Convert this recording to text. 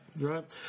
Right